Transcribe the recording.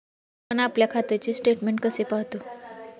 आपण आपल्या खात्याचे स्टेटमेंट कसे पाहतो?